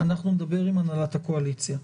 נדבר עם הנהלת הקואליציה,